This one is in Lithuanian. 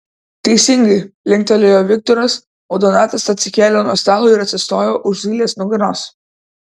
teisingai linktelėjo viktoras o donatas atsikėlė nuo stalo ir atsistojo už zylės nugaros